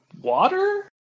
water